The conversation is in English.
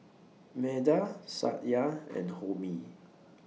Medha Satya and Homi